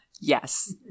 Yes